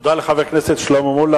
תודה לחבר הכנסת שלמה מולה.